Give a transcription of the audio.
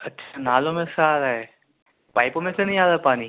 اچھا نالوں میں سے آ رہا ہے پائپوں میں سے نہیں آ رہا پانی